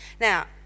Now